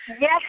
Yes